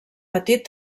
petit